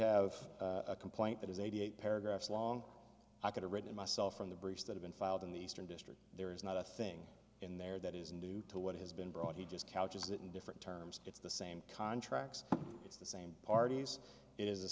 have a complaint that is eighty eight paragraphs long i could have written myself from the briefs that have been filed in the eastern district there is not a thing in there that is new to what has been brought he just couches it in different terms it's the same contracts it's the same parties it is the